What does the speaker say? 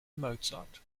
mozart